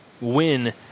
win